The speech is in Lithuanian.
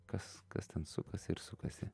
kas kas ten sukasi ir sukasi